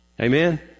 Amen